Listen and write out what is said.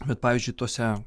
bet pavyzdžiui tuose